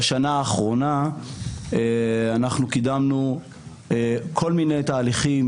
בשנה האחרונה אנחנו קידמנו כל מיני תהליכים